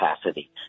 capacity